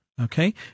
Okay